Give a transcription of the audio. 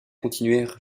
continuèrent